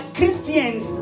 Christians